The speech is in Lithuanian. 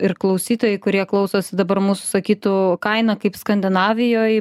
ir klausytojai kurie klausosi dabar mūsų sakytų kaina kaip skandinavijoj